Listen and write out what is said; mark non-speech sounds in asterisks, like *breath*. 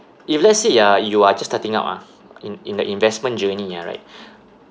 if let's say ah you are just starting out ah in in the investment journey ah right *breath*